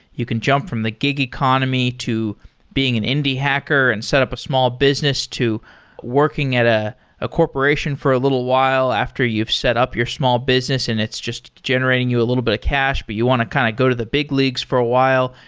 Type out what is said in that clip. you can jump from the gig economy to being an indi hacker and set up a small business to working at a a corporation for a little while after you've set up your small business and it's just generating you a little bit of cash, but you want to kind of go to the big leagues for a while.